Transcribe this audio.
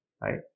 right